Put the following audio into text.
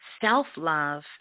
self-love